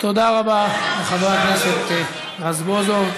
תודה רבה לחבר הכנסת רזבוזוב.